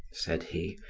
said he.